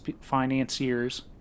financiers